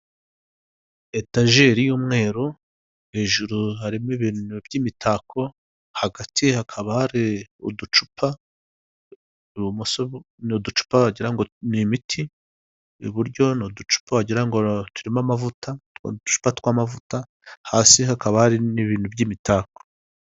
Etajeri y'umweru, hejuru harimo ibintu by'imitako, hagati hakaba hari uducupa, ibumoso ni uducupa wagira ngo ni imiti, iburyo ni uducupa wagira ngo turimo amavuta, uducupa tw'amavuta, hasi hakaba hari n'ibintu by'imitako.